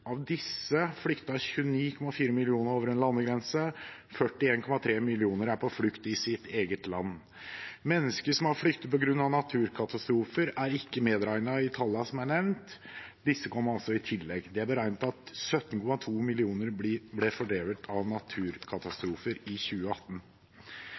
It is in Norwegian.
Av disse flyktet 29,4 millioner over en landegrense. 41,3 millioner er på flukt i sitt eget land. Mennesker som har flyktet på grunn av naturkatastrofer, er ikke medregnet i tallene som er nevnt. Disse kommer altså i tillegg. Det er beregnet at 17,2 millioner ble fordrevet av